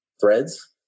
threads